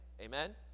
Amen